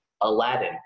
Aladdin